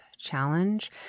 challenge